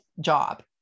job